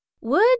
Would